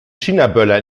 chinaböller